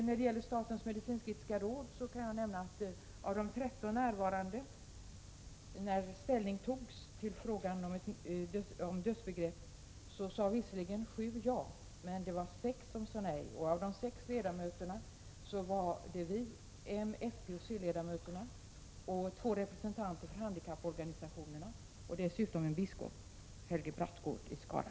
När det gäller statens medicinsk-etiska råd vill jag framhålla att av de 13 närvarande när ställning togs till frågan om dödsbegrepp sade visserligen 7 ja, men det var 6 som sade nej. De 6 ledamöterna var vi — m-, fpoch c-ledamöterna — och 2 representanter för handikapporganisationerna samt en biskop, Helge Brattgård i Skara.